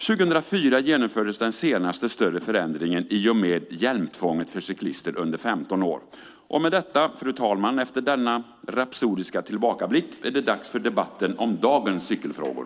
År 2004 genomfördes den senaste större förändringen i och med hjälmtvånget för cyklister under 15 år. Fru talman! Efter denna rapsodiska tillbakablick är det dags för debatten om dagens cykelfrågor.